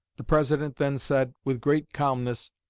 the president then said, with great calmness,